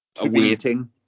awaiting